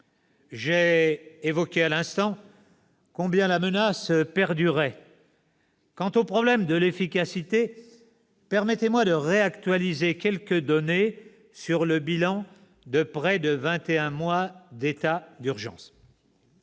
J'ai souligné à l'instant combien la menace perdurait. J'en viens au problème de l'efficacité. Permettez-moi de réactualiser quelques données sur le bilan de près de vingt et un mois d'état d'urgence.